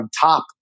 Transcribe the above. top